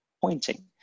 pointing